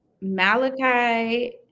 Malachi